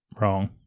Wrong